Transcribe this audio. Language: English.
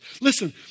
Listen